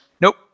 nope